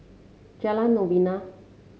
Jalan Novena